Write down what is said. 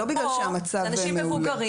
לא בגלל שהמצב מעולה.